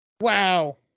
Wow